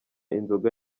inzoga